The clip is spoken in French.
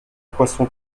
poisson